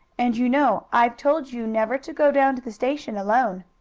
and you know i've told you never to go down to the station alone.